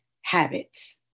habits